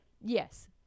Yes